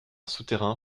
souterrain